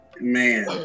Man